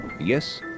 Yes